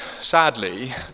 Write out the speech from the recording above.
sadly